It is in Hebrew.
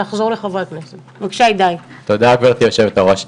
תודה כבוד יושבת הראש.